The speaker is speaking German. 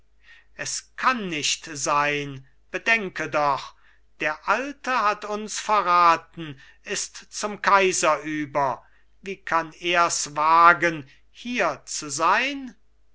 es kann nicht sein bedenke doch der alte hat uns verraten ist zum kaiser über wie kann ers wagen hierzusein